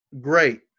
Great